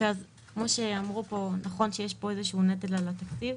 כמו שאמרו פה, נכון שיש פה איזשהו נטל על התקציב.